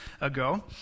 ago